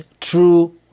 true